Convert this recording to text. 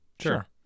Sure